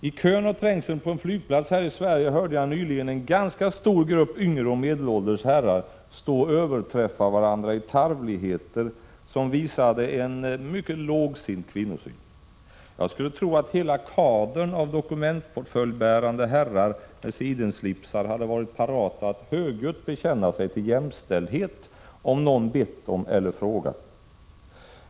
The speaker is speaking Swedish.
I kön och trängseln på en flygplats här i Sverige hörde jag nyligen en ganska stor grupp yngre och medelålders herrar försöka överträffa varandra i tarvligheter som visade en mycket lågsint kvinnosyn. Jag skulle tro att hela kadern av dokumentportföljbärande herrar med sidenslipsar hade varit parata att högljutt bekänna sig till jämställdhet, om någon hade frågat dem.